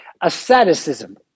Asceticism